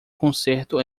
concerto